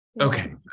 Okay